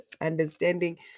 understanding